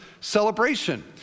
celebration